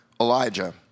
Elijah